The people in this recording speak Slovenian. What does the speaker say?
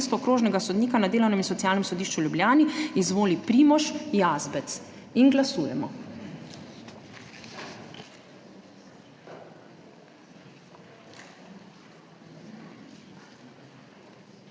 okrožnega sodnika na Delovnem in socialnem sodišču v Ljubljani izvoli Primož Jazbec. Glasujemo.